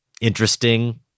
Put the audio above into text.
interesting